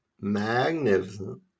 Magnificent